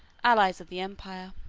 allies of the empire.